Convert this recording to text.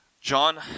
John